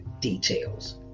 details